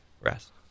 rest